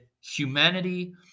humanity